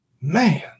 Man